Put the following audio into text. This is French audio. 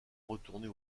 retourner